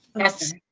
yes.